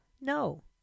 No